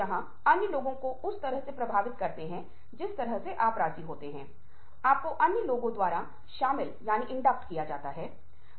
हम अक्सर ऐसा करने का प्रबंधन नहीं करते हैं हम मानते हैं कि हमारा समय कीमती है यह व्यक्ति हमारे समय को बर्बाद कर रहा है इसलिए मुझे उस व्यक्ति को बाधित करना होगा